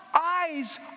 eyes